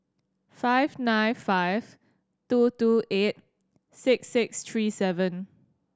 five nine five two two eight six six three seven